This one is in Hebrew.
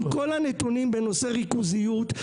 עם כל הנתונים בנושא ריכוזיות,